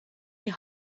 die